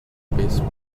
based